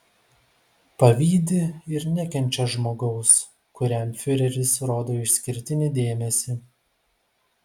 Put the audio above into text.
pavydi ir nekenčia žmogaus kuriam fiureris rodo išskirtinį dėmesį